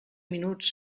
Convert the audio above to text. minuts